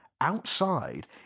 outside